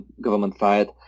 government-fired